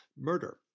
murder